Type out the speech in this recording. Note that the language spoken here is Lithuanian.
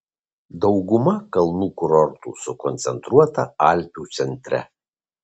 dauguma kalnų kurortų sukoncentruota alpių centre